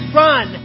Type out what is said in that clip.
run